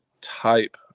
type